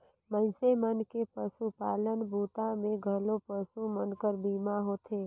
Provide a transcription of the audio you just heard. मइनसे मन के पसुपालन बूता मे घलो पसु मन कर बीमा होथे